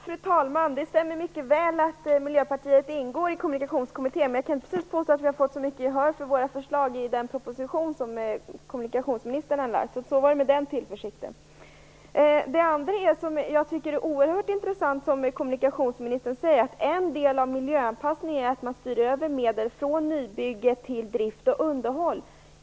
Fru talman! Det stämmer mycket väl att Miljöpartiet ingår i Kommunikationskommittén. Men jag kan inte precis påstå att vi har fått så mycket gehör för våra förslag i den proposition som kommunikationsministern har lagt fram. Så var det med den tilltron. Jag tycker att det oerhört intressant att kommunikationsministern säger att en del av miljöanpassningen är att man styr över medel från nybygge till drift och underhåll.